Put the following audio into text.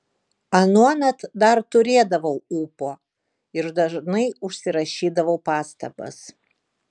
anuomet dar turėdavau ūpo ir dažnai užsirašydavau pastabas